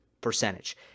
percentage